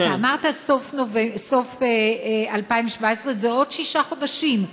אתה אמרת סוף 2017, זה עוד שישה חודשים.